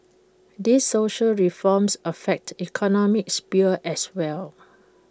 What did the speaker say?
these social reforms affect economic sphere as well